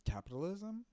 Capitalism